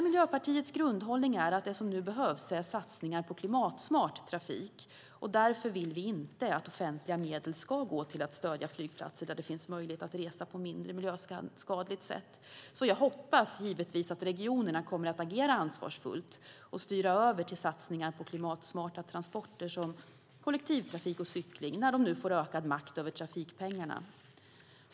Miljöpartiets grundhållning är att det som nu behövs är satsningar på klimatsmart trafik, och därför vill vi inte att offentliga medel ska gå till att stödja flygplatser om det finns möjlighet att resa på ett mindre miljöskadligt sätt. Jag hoppas givetvis att regionerna kommer att agera ansvarsfullt och styra över till satsningar på klimatsmarta transporter, som kollektivtrafik och cykling, när de nu får ökad makt över trafikpengarna.